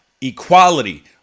equality